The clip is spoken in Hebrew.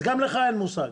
אז גם לך אין מושג.